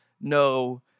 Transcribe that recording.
no